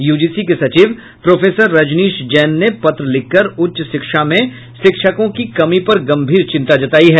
UGC के सचिव professor Rajnish Jain ने पत्र लिखकर उच्च शिक्षा में शिक्षकों की कमी पर गंभीर चिंता जतायी है